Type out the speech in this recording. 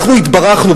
אנחנו התברכנו,